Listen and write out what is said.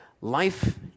Life